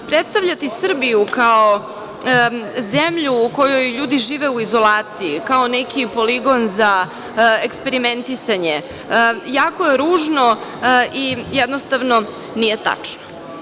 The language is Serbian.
Predstavljati Srbiju kao zemlju u kojoj ljudi žive u izolaciji, kao neki poligon za eksperimentisanje, jako je ružno i jednostavno nije tačno.